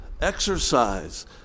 Exercise